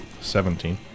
Seventeen